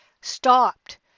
stopped